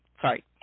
sorry